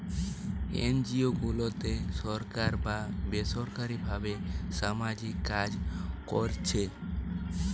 NGO গুলাতে সরকার বা বেসরকারী ভাবে সামাজিক কাজ কোরছে